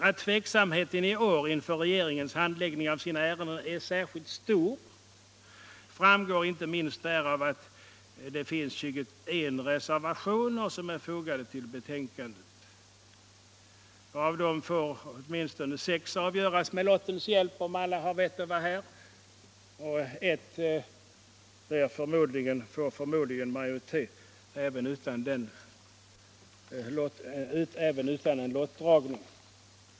Att tveksamheten i år inför regeringens handläggning av sina ärenden är särskilt stor framgår inte minst därav att det är 21 reservationer fogade till betänkandet. Av dem får åtminstone sex avgöras med lottens hjälp, om alla har vett att vara här. En får förmodligen majoritet även utan lottdragning.